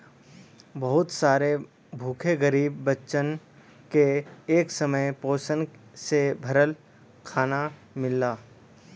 बहुत सारे भूखे गरीब बच्चन के एक समय पोषण से भरल खाना मिलला